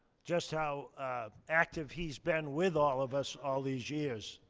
just how active he's been with all of us all these years.